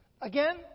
Again